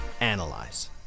analyze